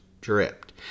dripped